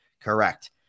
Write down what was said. Correct